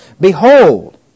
Behold